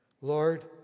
Lord